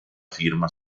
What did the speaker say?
firma